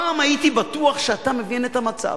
פעם הייתי בטוח שאתה מבין את המצב,